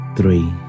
three